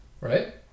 right